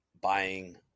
buying